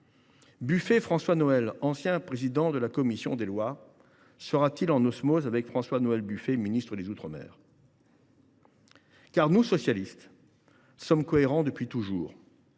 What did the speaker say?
Buffet François Noël, ancien président de la commission des lois du Sénat, sera t il en osmose avec François Noël Buffet, ministre chargé des outre mer ? Nous, socialistes, sommes cohérents depuis toujours.